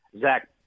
Zach